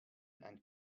and